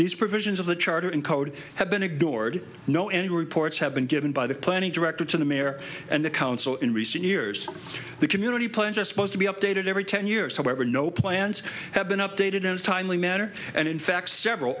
these provisions of the charter and code have been ignored no any reports have been given by the planning director to the mayor and the council in recent years the community plans are supposed to be updated every ten years however no plans have been updated in a timely matter and in fact several